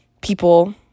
people